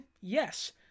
yes